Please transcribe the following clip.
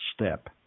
step